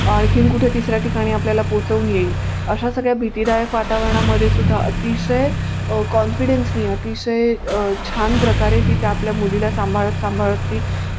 आणखी कुठे तिसऱ्या ठिकाणी आपल्याला पोचवून येईल अशा सगळ्या भीतिदायक वातावरणामध्ये सुद्धा अतिशय कॉन्फिडेन्सनी अतिशय छान प्रकारे ती त्या आपल्या मुलीला सांभाळत सांभाळत ती